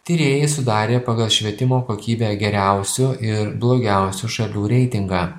tyrėjai sudarė pagal švietimo kokybę geriausių ir blogiausių šalių reitingą